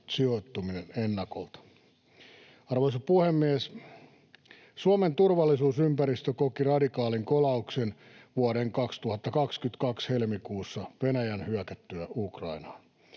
sijoittuminen ennakolta. Arvoisa puhemies! Suomen turvallisuusympäristö koki radikaalin kolauksen vuoden 2022 helmikuussa Venäjän hyökättyä Ukrainaan.